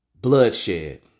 bloodshed